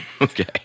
Okay